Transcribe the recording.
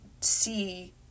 see